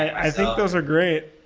i think those are great.